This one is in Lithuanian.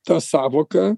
ta sąvoka